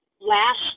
last